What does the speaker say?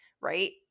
right